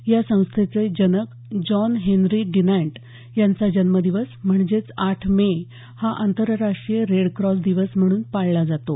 या संस्थेचे जनक जॉन हेनरी डिनँट यांचा जन्मदिवस म्हणजेच आठ मे हा दिवस आंतरराष्टीय रेड क्रॉस दिवस म्हणून पाळला जातो